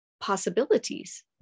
possibilities